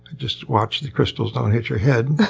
just watch the crystals don't hit your head.